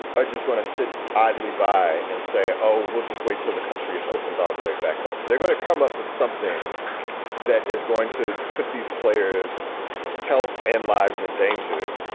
are just going to sit idly by and say, oh, we'll just wait. so the country has opened all the way back up. they're gonna come up with something that is going to put these players health and lives in danger.